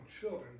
children